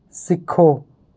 ਸਿੱਖੋ